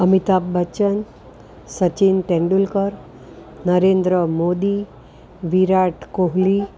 Amitabh Bachchan Sachin Tendulkar Narendra Modi Virat Kohli